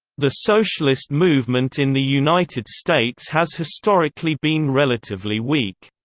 the socialist movement in the united states has historically been relatively weak.